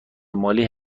مالی